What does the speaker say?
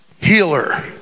Healer